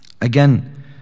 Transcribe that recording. Again